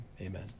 Amen